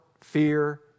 fear